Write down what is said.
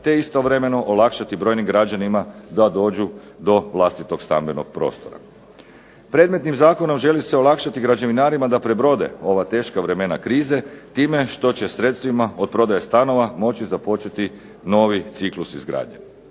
te istovremeno olakšati brojnim građanima da dođu do vlastitog stambenog prostora. Predmetnim zakonom želi se olakšati građevinarima da prebrode ova teška vremena krize, time što će sredstvima od prodaje stanova moći započeti novi ciklus izgradnje,